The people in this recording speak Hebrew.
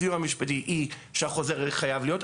הסיוע המשפטי היא שהחוזר חייב להיות.